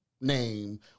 name